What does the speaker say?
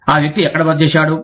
ఆ వ్యక్తి ఎక్కడ బస చేశాడు